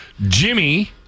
Jimmy